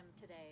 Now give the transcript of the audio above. today